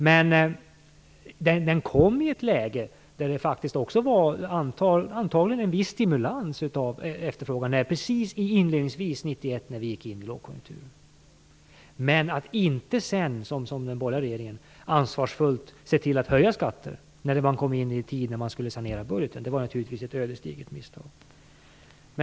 Men den kom i ett läge då det antagligen också var en viss stimulans av efterfrågan, precis i inledningen av 1991 då vi gick in i lågkonjunkturen. Att som den borgerliga regeringen sedan inte ansvarsfullt se till att höja skatter när man kom in i tider då man skulle sanera budgeten var däremot naturligtvis ett ödesdigert misstag.